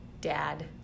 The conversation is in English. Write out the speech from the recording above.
Dad